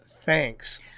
thanks